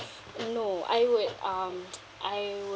no I would um I would